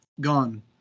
gone